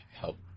help